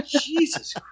Jesus